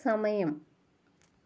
സമയം